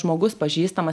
žmogus pažįstamas